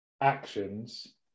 actions